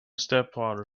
stepfather